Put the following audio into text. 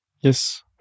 Yes